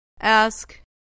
Ask